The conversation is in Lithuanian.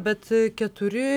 bet keturi